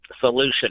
Solution